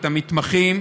את המתמחים,